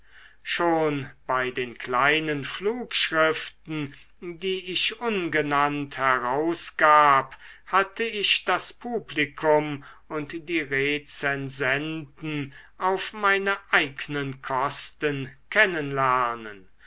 schon bei den kleinen flugschriften die ich ungenannt herausgab hatte ich das publikum und die rezensenten auf meine eignen kosten